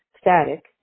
static